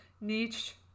niche